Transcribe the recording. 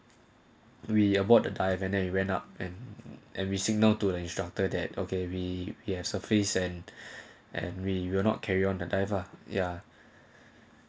we abort the dive and then you went up and and we signal to the instructor that okay we you have surfaced and and we will not carry on the dive ya